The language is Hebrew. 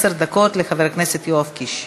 חוק ומשפט להכנה לקריאה ראשונה.